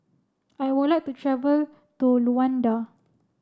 I would like to travel to Luanda